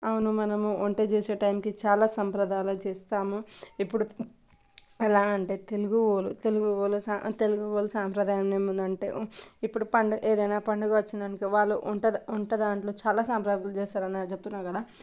అవును మనము వంట చేసే టైమ్కి చాలా సంప్రదాయాలు చేస్తాము ఇప్పుడు ఎలా అంటే తెలుగు వాళ్ళు తెలుగు వాళ్ళు తెలుగు వాళ్ళు సాంప్రదాయంది ఏముందంటే ఇప్పుడు పండుగ ఏదైనా పండుగ వచ్చిందనుకో వాళ్ళు ఉంటద వంట దాంట్లో చాలా సాంప్రదాయాలు చేస్తారనే చెప్తున్నా కదా